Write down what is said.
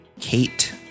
Kate